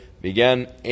began